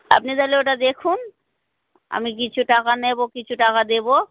আপনি তাহলে ওটা দেখুন আমি কিছু টাকা নেবো কিছু টাকা দেবো